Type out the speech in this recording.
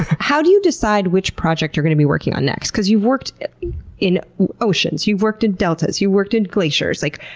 how do you decide which project you're going to be working on next, cause you've worked in oceans, you've worked in deltas, you've worked in glaciers, like,